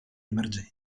emergenza